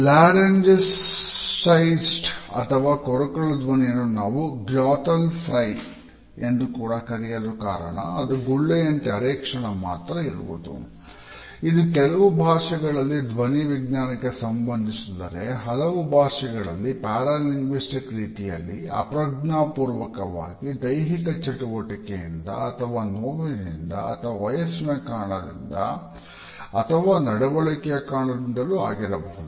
laryngealized ರೀತಿಯಲ್ಲಿ ಅಪ್ರಜ್ಞಾಪೂರ್ವಕವಾಗಿ ಧೈಹಿಕ ಚಟುವಟಿಕೆಯಿಂದ ಅಥವಾ ನೋವಿನಿಂದ ಅಥವಾ ವಯಸ್ಸಿನ ಕಾರಣದಿಂದ ಅಥವಾ ನಡವಳಿಕೆಯ ಕಾರಣದಿಂದಲೂ ಆಗಿರಬಹುದು